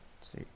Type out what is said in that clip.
See